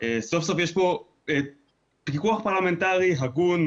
סוף סוף יש פה פיקוח פרלמנטרי הגון,